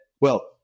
well-